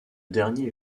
dernier